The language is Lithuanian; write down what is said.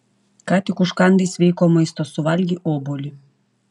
ką tik užkandai sveiko maisto suvalgei obuolį